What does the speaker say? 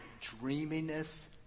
dreaminess